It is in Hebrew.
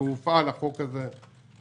והופעל החוק הזה.